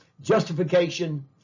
justification